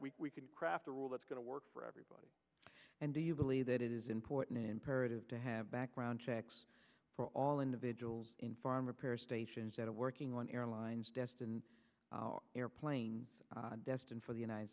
we can craft a rule that's going to work for everybody and do you believe that it is important imperative to have background checks for all individuals in foreign repair stations that are working on airlines destined airplanes destined for the united